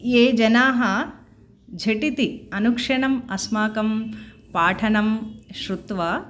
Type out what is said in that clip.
ये जनाः झटिति अनुक्षणम् अस्माकं पाठनं शृत्वा